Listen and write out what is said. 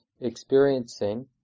experiencing